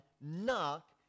Knock